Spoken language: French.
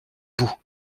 bout